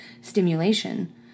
stimulation